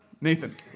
Nathan